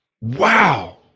Wow